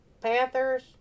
Panthers